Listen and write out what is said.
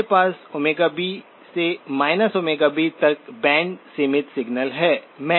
मेरे पास B से B तक एक बैंड सीमित सिग्नल है